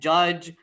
Judge